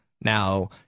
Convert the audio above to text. now